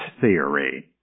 theory